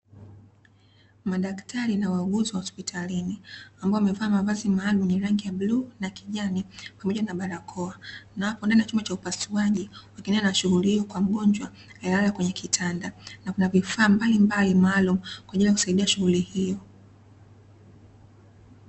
Madaktari na wauguzi wa hospitalini ambao wamevaa mavazi yenye rangi ya bluu na ya kijani pamoja na barakoa, na wapo ndani ya chumba cha upasuaji wakiendelea na shughuli hiyo kwa mgonjwa aliyelala kwenye kitanda, na kuna vifaa mbalimbali maalumu kwa ajili ya kusaidia shughuli hiyo.